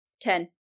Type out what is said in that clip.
Ten